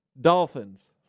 Dolphins